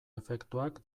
efektuak